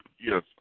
Yes